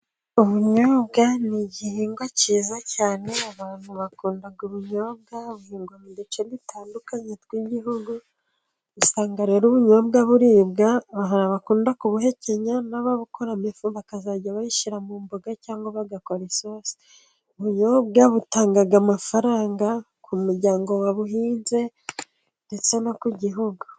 Ubunyobwa ni igihingwa cyiza cyane. Abantu bakunda ubunyobwa . Buhingwa mu duce dutandukanye tw'igihugu. Usanga rero ubunyobwa buribwa. Hari abakunda kubuhekenya, n'abakomo ifu bakazajya bayishyira mu mboga , cyangwa bagakora isosi. Ubunyobwa, butanga amafaranga ku muryango wabuhinze ndetse no ku gihugu.